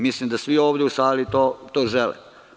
Mislim da svi u ovoj sali to žele.